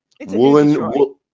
Woolen